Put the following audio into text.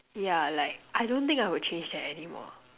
yeah like I don't think I would change that anymore